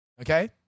Okay